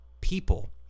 people